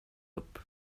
upp